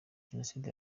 jenoside